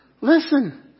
Listen